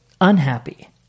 unhappy